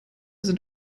sind